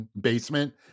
basement